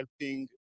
helping